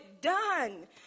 done